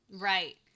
right